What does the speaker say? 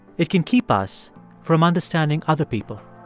it can keep us from understanding other people